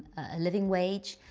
a living wage,